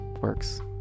Works